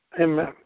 Amen